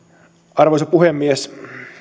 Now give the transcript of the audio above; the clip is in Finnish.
arvoisa puhemies